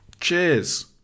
Cheers